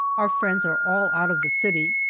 our friends are all out of the city,